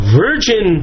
virgin